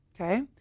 Okay